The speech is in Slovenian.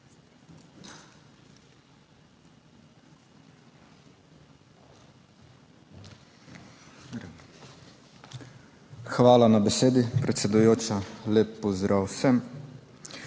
Hvala za besedo, predsedujoča. Lep pozdrav vsem!